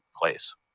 place